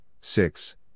six